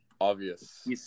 Obvious